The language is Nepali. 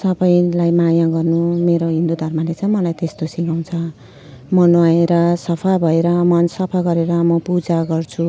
सबैलाई माया गर्नु मेरो हिन्दू धर्मले चाहिँ मलाई त्यस्तो सिकाउँछ म नुहाएर सफा भएर मन सफा गरेर म पूजा गर्छु